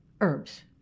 herbs